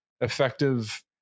effective